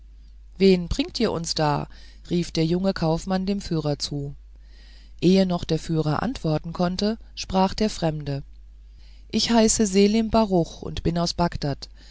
wen bringt ihr uns da rief der junge kaufmann dem führer zu ehe noch der führer antworten konnte sprach der fremde ich heiße selim baruch und bin aus bagdad